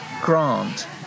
Grant